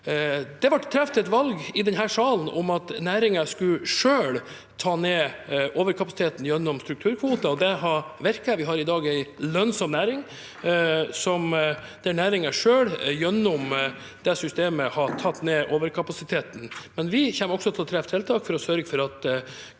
Det ble truffet et valg i denne salen om at næringen selv skulle ta ned overkapasiteten gjennom strukturkvoter. Det har virket, vi har i dag en lønnsom næring, der næringen selv gjennom det systemet har tatt ned overkapasiteten. Men vi kommer også til å treffe tiltak for å sørge for at